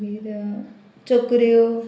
मागीर चकऱ्यो